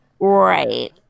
right